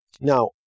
Now